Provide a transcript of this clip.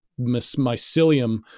mycelium